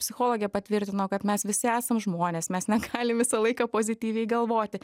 psichologė patvirtino kad mes visi esam žmonės mes negalim visą laiką pozityviai galvoti